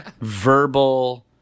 verbal